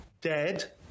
dead